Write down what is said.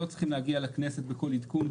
לא צריכים להגיע לכנסת בכל עדכון,